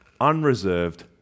unreserved